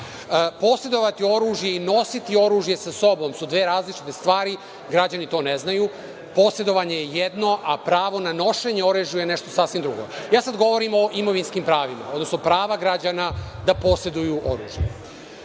Posedovati oružje i nositi oružje sa sobom su dve različite stvari, građani to ne znaju. Posedovanje je jedno, a pravo na nošenje oružja je nešto sasvim drugo. Sada govorim o imovinskim pravima, odnosno pravima građana da poseduju oružje.